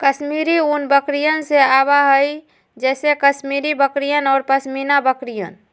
कश्मीरी ऊन बकरियन से आवा हई जैसे कश्मीरी बकरियन और पश्मीना बकरियन